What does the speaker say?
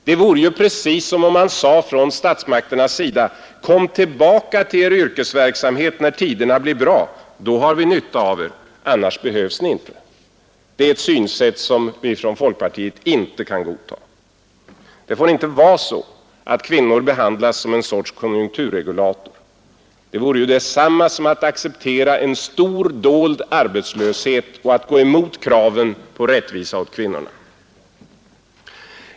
Det vore ju detsamma som att statsmakterna sade: 7 december 1971 Kom tillbaka till er yrkesverksamhet när tiderna blir bra — då har vi nytta av er, annars behövs ni inte! Det är ett synsätt som vi från folkpartiet Konjunkturstimuinte kan godta. Det får inte vara så att kvinnor behandlas som en sorts lerande åtgärder, m.m. konjunkturregulator. Det är detsamma som att acceptera en stor dold arbetslöshet och att gå emot kraven på rättvisa åt kvinnorna.